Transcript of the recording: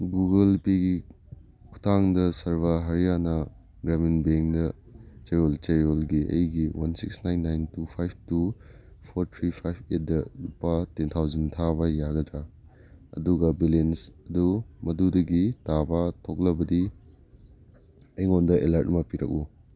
Google ꯄꯦꯒꯤ ꯈꯨꯊꯥꯡꯗ ꯁꯥꯔꯕꯥ ꯍꯔꯤꯌꯥꯅ ꯒ꯭ꯔꯥꯃꯤꯟ ꯕꯦꯡꯗ ꯆꯌꯣꯜ ꯆꯌꯣꯜꯒꯤ ꯑꯩꯒꯤ one six nine nine two five two four three five ꯑꯦꯠꯇ ꯂꯨꯄꯥ ꯇꯦꯟ ꯊꯥꯎꯖꯟ ꯊꯥꯕ ꯌꯥꯒꯗ꯭ꯔ ꯑꯗꯨꯒ ꯕꯦꯂꯦꯟꯁ ꯑꯗꯨ ꯃꯗꯨꯗꯒꯤ ꯇꯥꯕ ꯊꯣꯛꯂꯕꯗꯤ ꯑꯩꯉꯣꯟꯗ ꯑꯦꯂꯥꯔꯠ ꯑꯃ ꯄꯤꯔꯛꯎ